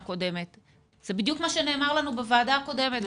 זה בדיוק מה שנאמר לנו בוועדה הקודמת,